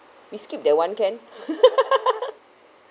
we skip that one can